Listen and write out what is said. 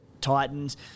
Titans